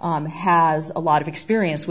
has a lot of experience with